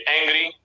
angry